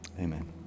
Amen